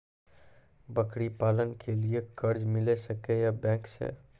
बकरी पालन के लिए कर्ज मिल सके या बैंक से?